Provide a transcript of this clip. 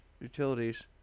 utilities